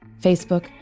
facebook